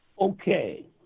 okay